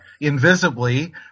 invisibly